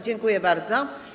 Dziękuję bardzo.